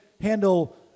handle